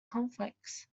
conflicts